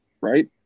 right